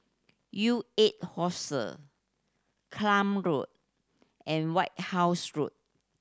U eight Klang Road and White House Road